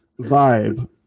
vibe